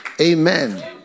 Amen